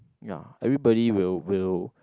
ya everybody will will